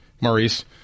Maurice